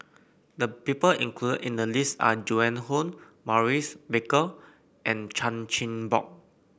the people included in the list are Joan Hon Maurice Baker and Chan Chin Bock